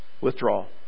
Withdrawal